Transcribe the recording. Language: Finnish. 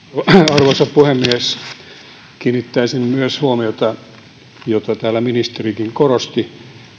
arvoisa puhemies kiinnittäisin myös huomiota maatalouden koko arvoketjuun mitä täällä ministerikin korosti